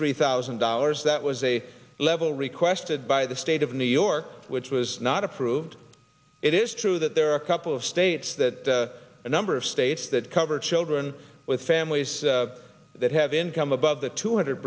three thousand dollars that was a level requested by the state of new york which was not approved it is true that there are a couple of states that a number of states that cover children with families that have income above the two hundred